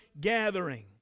gathering